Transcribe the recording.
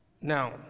Now